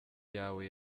yawe